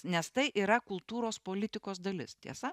nes tai yra kultūros politikos dalis tiesa